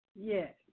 Yes